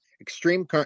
Extreme